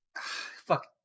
Fuck